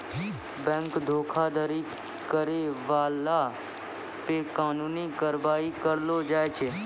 bank धोखाधड़ी करै बाला पे कानूनी कारबाइ करलो जाय छै